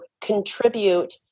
contribute